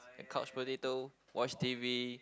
a couch potato watch t_v